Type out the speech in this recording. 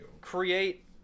Create